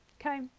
Okay